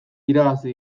irabazi